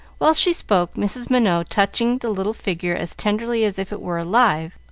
while she spoke, mrs. minot, touching the little figure as tenderly as if it were alive,